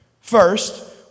First